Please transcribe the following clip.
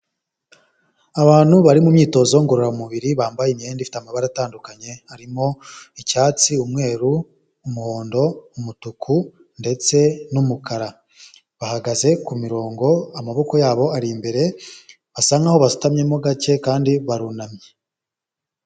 Abantu bari mu myitozo ngororamubiri bambaye imyenda ifite amabara atandukanye harimo icyatsi, umweru, umuhondo, umutuku ndetse n'umukara. Bahagaze ku mirongo amaboko yabo ari imbere basa nkaho basutamyemo gake kandi barunamye.